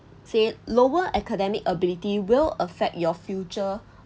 say lower academic ability will affect your future